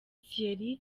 thierry